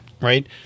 Right